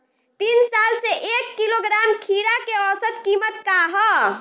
तीन साल से एक किलोग्राम खीरा के औसत किमत का ह?